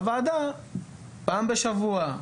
הוועדה פעם בשבוע,